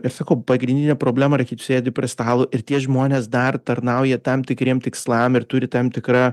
ir sakau pagrindinė problema yra kai tu sėdi prie stalo ir tie žmonės dar tarnauja tam tikriem tikslam ir turi tam tikrą